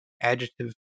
Adjective